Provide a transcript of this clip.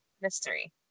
mystery